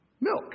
milk